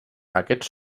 aquests